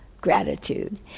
gratitude